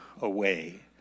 away